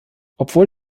obwohl